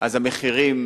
המחירים